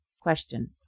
Question